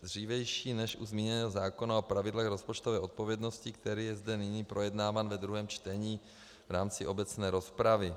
Nesmí být však dřívější než u zmíněného zákona o pravidlech rozpočtové odpovědnosti, který je zde nyní projednáván ve druhém čtení v rámci obecné rozpravy.